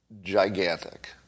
Gigantic